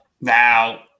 Now